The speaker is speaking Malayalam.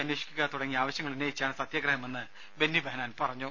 അന്വേഷിക്കുക തുടങ്ങിയ ആവശ്യങ്ങൾ ഉന്നയിച്ചാണ് സത്യാഗ്രഹമെന്നും ബെന്നിബെഹനാൻ പറഞ്ഞു